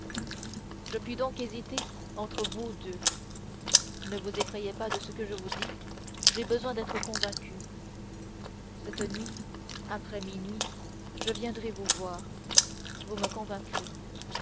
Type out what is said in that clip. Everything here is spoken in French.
je puis donc hésiter entre vous deux ne vous effrayez pas de ce que je vous dis j'ai besoin d'être convaincu cette nuit après minuit je viendrai vous voir vous me convaincrez